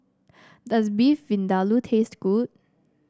does Beef Vindaloo taste good